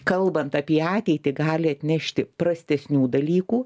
kalbant apie ateitį gali atnešti prastesnių dalykų